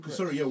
Sorry